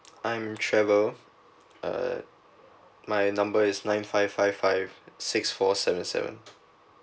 I'm trevor uh my number is nine five five five six four seven seven